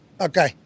Okay